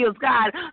God